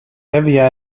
heavier